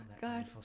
God